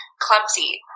clumsy